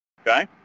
okay